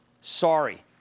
Sorry